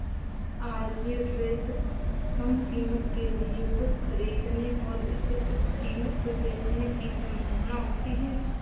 arbitrage कम कीमत के लिए कुछ खरीदने और इसे उच्च कीमत पर बेचने की संभावना होती है